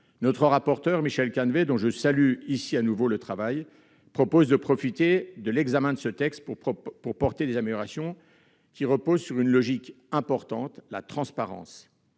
Le rapporteur, Michel Canevet, dont je salue une nouvelle fois le travail, propose de profiter de l'examen de ce texte pour apporter des améliorations reposant sur une logique importante, la transparence.